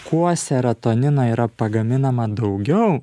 kuo serotonino yra pagaminama daugiau